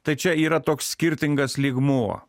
tai čia yra toks skirtingas lygmuo